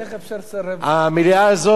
המליאה הזאת מלאה באור עכשיו,